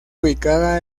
ubicada